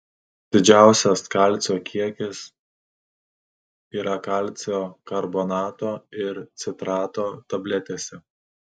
didžiausias kalcio kiekis yra kalcio karbonato ir citrato tabletėse